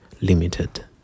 limited